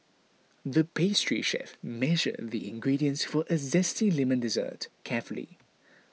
the pastry chef measured the ingredients for a Zesty Lemon Dessert carefully